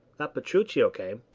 that petruchio came?